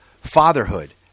fatherhood